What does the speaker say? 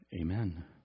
amen